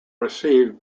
received